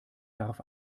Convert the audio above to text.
darf